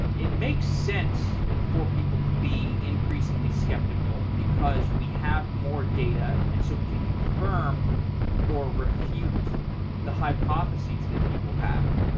it makes sense for people to be increasingly skeptical because we have more data and so we can confirm or refute the hypotheses that people have.